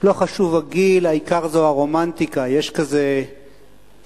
לא חשוב הגיל העיקר זו הרומנטיקה, יש כזה שיר,